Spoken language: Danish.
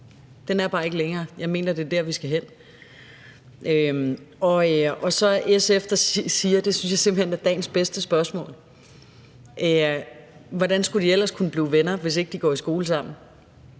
Den er bare ikke længere. Jeg mener, det er der, vi skal hen. Så er der SF, der spørger, og det synes jeg simpelt hen er dagens bedste spørgsmål: Hvordan skulle de ellers kunne blive venner, hvis ikke de går i skole sammen?